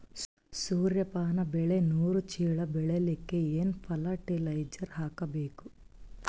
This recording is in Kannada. ಸೂರ್ಯಪಾನ ಬೆಳಿ ನೂರು ಚೀಳ ಬೆಳೆಲಿಕ ಏನ ಫರಟಿಲೈಜರ ಹಾಕಬೇಕು?